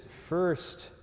first